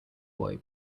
boy